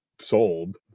Sold